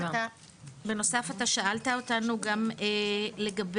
בנוסף אתה שאלת אותנו גם לגבי